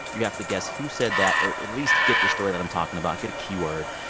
you have to guess who said that or at least get the story that i'm talking about, get a keyword.